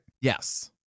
Yes